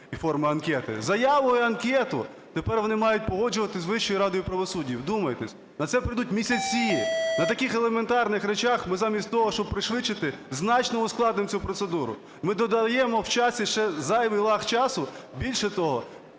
і форму анкети, заяву і анкету, тепер вони мають погоджувати з Вищою радою правосуддя. Вдумайтесь, на це підуть місяці. На таких елементарних речах ми замість того, щоб пришвидшити, значно ускладнимо цю процедуру. Ми додаємо в часі ще зайвий лаг часу. Більше того,